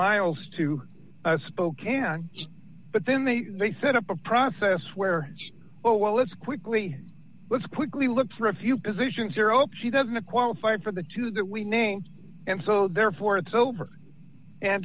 miles to spokane but then they set up a process where oh well let's quickly let's quickly look for a few positions zero up she doesn't qualify for the two that we named and so therefore it's over and